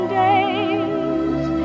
days